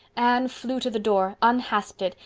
anne flew to the door, unhasped it,